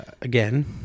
Again